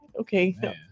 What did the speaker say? Okay